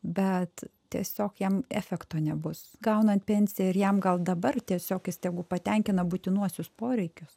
bet tiesiog jam efekto nebus gaunant pensiją ir jam gal dabar tiesiog jis tegu patenkina būtinuosius poreikius